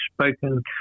spoken